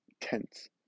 tents